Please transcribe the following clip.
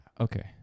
Okay